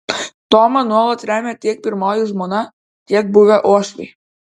tomą nuolat remia tiek pirmoji žmona tiek buvę uošviai